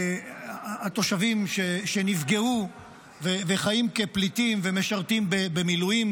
התושבים שנפגעו וחיים כפליטים ומשרתים במילואים